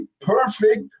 perfect